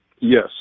Yes